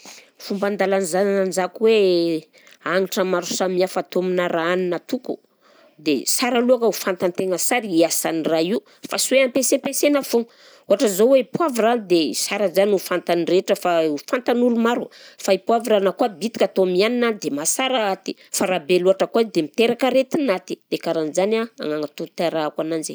Fomba an-dalaza- lanjako hoe hanitra maro samihafa atao aminà raha hanina atoko dia sara alohaka ho fantan-tegna sara i asan'ny raha io fa sy hoe ampiasampiasaina foagna, ohatra zao hoe poavra dia sara zany ho fantan'ny rehetra fa ho fantan'olo maro fa i poavra na koa bitika atao amy hanina dia mahasara aty fa raha be loatra koa dia miteraka aretin'aty, dia karahan'jany a agnanatonterahako ananjy.